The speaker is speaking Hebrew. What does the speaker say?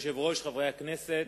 אדוני היושב-ראש, חברי הכנסת,